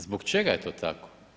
Zbog čega je to tako?